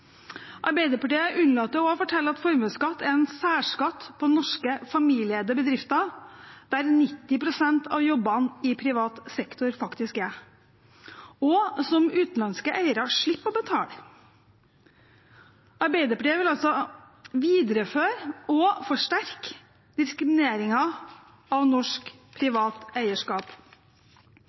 Arbeiderpartiet unnlater også å fortelle at formuesskatt er en særskatt på norske familieeide bedrifter, der 90 pst. av jobbene i privat sektor faktisk er, og som utenlandske eiere slipper å betale. Arbeiderpartiet vil altså videreføre og forsterke diskrimineringen av norsk privat eierskap.